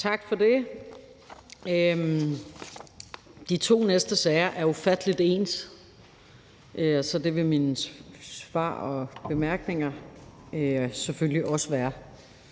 Tak for det. De to næste sager er ufattelig ens, så det vil mine svar og bemærkninger selvfølgelig også være.